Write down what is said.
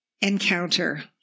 encounter